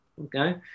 Okay